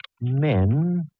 Men